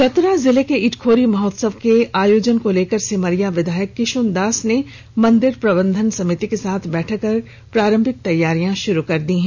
चतरा जिले के इटखोरी महोत्सव के आयोजन को लेकर सिमरिया विधायक किशुन दास ने मंदिर प्रबंधन समिति के साथ बैठक कर प्रारंभिक तैयारियां शुरू कर दी है